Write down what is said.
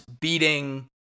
beating